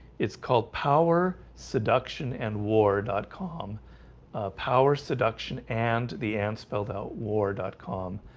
it's called power seduction and war dot com power seduction and the an spelled out war dot com